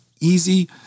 easy